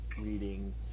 reading